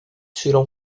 tiram